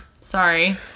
sorry